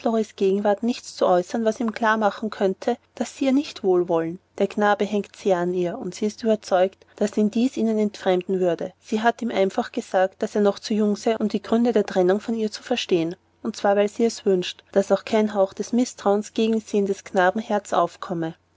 gegenwart nichts zu äußern was ihm klar machen könnte daß sie ihr nicht wohlwollen der knabe hängt sehr an ihr und sie ist überzeugt daß ihn dies ihnen entfremden würde sie hat ihm einfach gesagt daß er noch zu jung sei um die gründe der trennung von ihr zu verstehen und zwar weil sie wünscht daß auch kein hauch des mißtrauens gegen sie in des knaben herz aufkomme